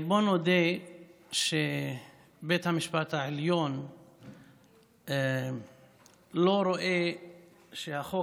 בואו נודה שבית המשפט העליון לא רואה שהחוק